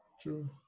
True